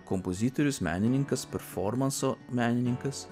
kompozitorius menininkas performanso menininkas